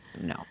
No